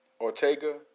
Ortega